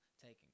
taking